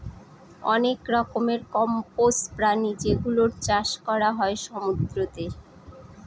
অনেক রকমের কম্বোজ প্রাণী যেগুলোর চাষ করা হয় সমুদ্রতে